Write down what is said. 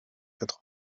quatre